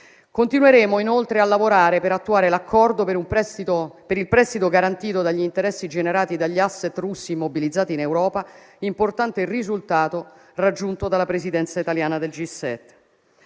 Continueremo inoltre a lavorare per attuare l'accordo per il prestito garantito dagli interessi generati dagli *asset* russi mobilizzati in Europa, importante risultato raggiunto dalla presidenza italiana del G7.